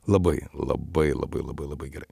labai labai labai labai labai gerai